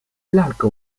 lalką